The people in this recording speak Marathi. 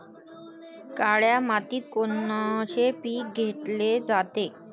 काळ्या मातीत कोनचे पिकं घेतले जाते?